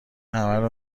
همه